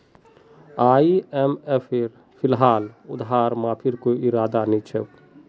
आईएमएफेर फिलहाल उधार माफीर कोई इरादा नी छोक